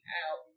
out